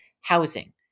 housing